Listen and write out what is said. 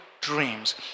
dreams